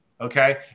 Okay